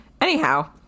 Anyhow